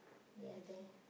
ya there